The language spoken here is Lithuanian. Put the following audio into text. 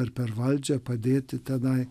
ar per valdžią padėti tenai